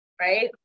right